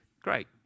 Great